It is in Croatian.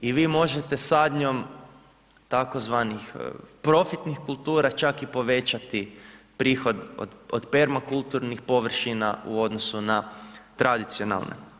I vi možete sadnjom tzv. profitnih kultura čak i povećati prihod od permakulturnih površina u odnosu na tradicionalne.